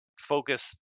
focus